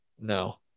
No